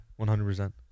100%